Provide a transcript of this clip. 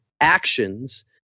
actions